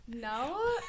No